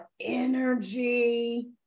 energy